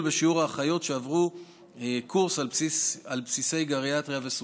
בשיעור האחיות שעברו קורס על-בסיסי גריאטריה וסוכרת.